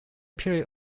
period